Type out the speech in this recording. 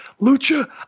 Lucha